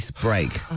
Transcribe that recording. break